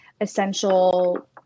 essential